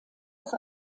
aus